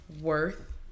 worth